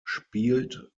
spielt